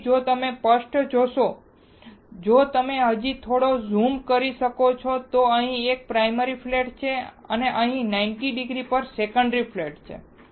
તેથી જો તમે સ્પષ્ટ જોશો જો તમે હજી થોડો ઝૂમ કરી શકો છો તો અહીં એક પ્રાયમરી ફ્લેટ છે અને અહીં 90 ડિગ્રી પર સેકન્ડરી ફ્લેટ છે